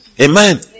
Amen